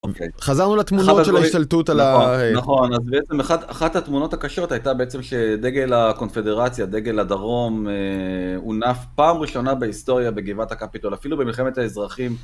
חזרנו לתמונות של ההשתלטות על ה... נכון, אז בעצם אחת התמונות הקשות הייתה בעצם שדגל הקונפדרציה, דגל הדרום, הונף פעם ראשונה בהיסטוריה בגבעת הקפיטול, אפילו במלחמת האזרחים.